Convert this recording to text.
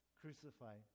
crucified